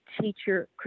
teacher